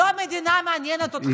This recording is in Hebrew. לא המדינה מעניינת אתכם.